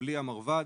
בלי המרב"ד.